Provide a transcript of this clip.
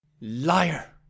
Liar